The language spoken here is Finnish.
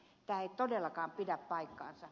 tämä ei todellakaan pidä paikkaansa